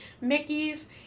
Mickey's